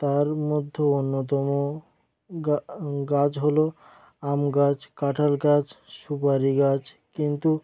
তার মধ্যেও অন্যতম গাছ হলো আম গাছ কাঁঠাল গাছ সুপারি গাছ কিন্তু